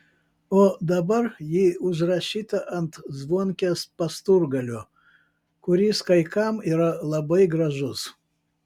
o dabar ji užrašyta ant zvonkės pasturgalio kuris kai kam yra labai gražus